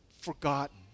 forgotten